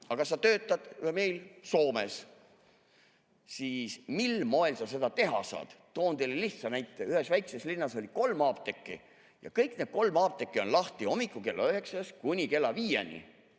aga sa töötad Soomes, siis mil moel sa seda teha saad. Toon teile lihtsa näite. Ühes väikeses linnas on kolm apteeki ja kõik need kolm apteeki on lahti kella üheksast kuni kella